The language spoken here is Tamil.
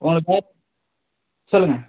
உங்கள் சார் சொல்லுங்கள்